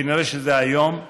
כנראה שזה היום,